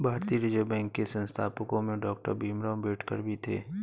भारतीय reserve bank के संस्थापकों में डॉक्टर भीमराव अंबेडकर भी थे